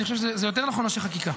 אני חושב שזה יותר נכון מאשר חקיקה.